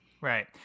right